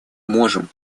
можем